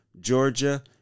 Georgia